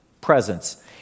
presence